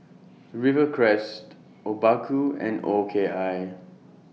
Rivercrest Obaku and O K I